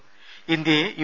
ത ഇന്ത്യയെ യു